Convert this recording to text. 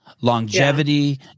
longevity